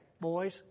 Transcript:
boys